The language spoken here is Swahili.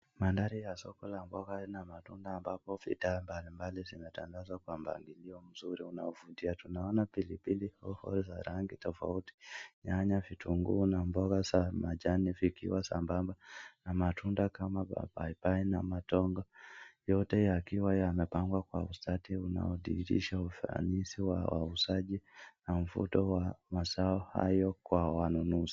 Mandhari ya soko la ngoka na matunda ambapo vitu mbalimbali zimetanda soko la ng'ambo kiliyo mzuri unaovutia tunaona pilipili hoho za rangi tofauti nyanya vitunguu na mboga za majani vikiwa sambamba na matunda kama papai paini na matonga yote yakiwa yamepangwa kwa ustadi unao dhihirisha ufanisi wa uuzaji na mvuto wa mazao hayo kwa wanunuzi